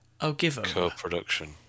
co-production